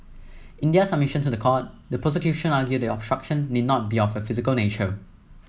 in their submissions to the court the prosecution argued that obstruction need not be of a physical nature